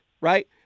right